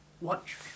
watch